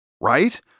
right